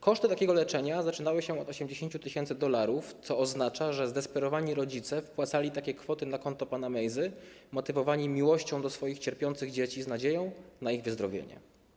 Koszty takiego leczenia zaczynały się od 80 tys. dolarów, co oznacza, że zdesperowani rodzice wpłacali takie kwoty na konto pana Mejzy, motywowani miłością do swoich cierpiących dzieci, z nadzieją na ich wyzdrowienie.